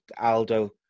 Aldo